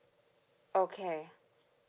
okay